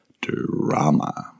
Drama